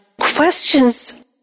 questions